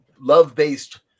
love-based